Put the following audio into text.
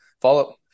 follow